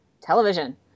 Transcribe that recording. Television